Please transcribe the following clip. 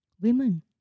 women